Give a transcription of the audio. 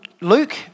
Luke